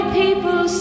people